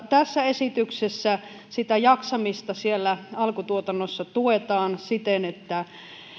tässä esityksessä sitä jaksamista siellä alkutuotannossa tuetaan siten että